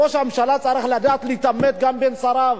ראש הממשלה צריך להתעמת גם עם שריו.